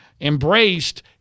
embraced—